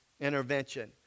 intervention